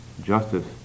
justice